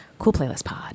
Coolplaylistpod